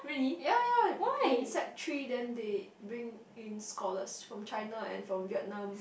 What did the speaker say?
ye ye in sec three then they bring in scholars from China and from Vietnam